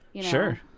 Sure